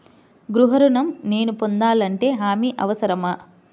గృహ ఋణం నేను పొందాలంటే హామీ అవసరమా?